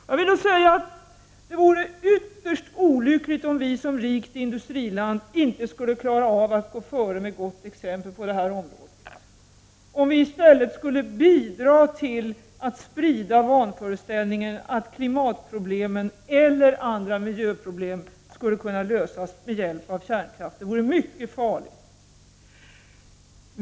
Jag vill säga att det vore ytterst olyckligt om vi som rikt industriland inte skulle klara av att gå före med gott exempel på det här området, om vi i stället skulle bidra till att sprida vanföreställningen att klimatproblemen eller andra miljöproblem skulle kunna lösas med hjälp av kärnkraft. Det vore mycket farligt.